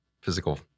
physical